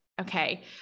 okay